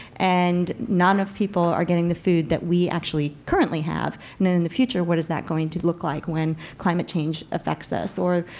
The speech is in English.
and not enough people are getting the food that we actually currently have, and then in the future what is that going to look like when climate change affects us, or